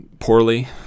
Poorly